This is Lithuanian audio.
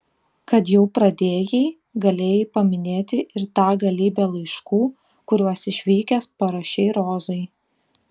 kad jau pradėjai galėjai paminėti ir tą galybę laiškų kuriuos išvykęs parašei rozai